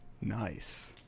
Nice